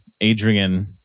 Adrian